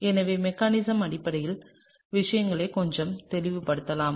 எனவே மெக்கானிசம் அடிப்படையில் விஷயங்களை கொஞ்சம் தெளிவுபடுத்தலாம்